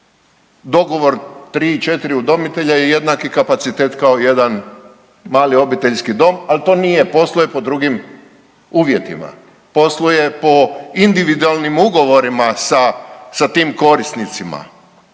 dogovor 3-4 udomitelja je jednaki kapacitet kao jedan mali obiteljski dom, al to nije, posluje pod drugim uvjetima, posluje po individualnim ugovorima sa, sa tim korisnicima